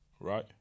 right